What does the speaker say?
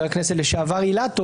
30 יום